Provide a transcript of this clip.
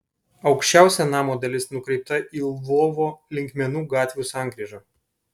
aukščiausia namo dalis nukreipta į lvovo linkmenų gatvių sankryžą